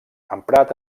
emprat